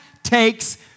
takes